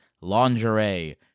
lingerie